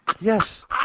Yes